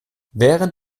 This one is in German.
während